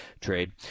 trade